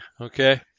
Okay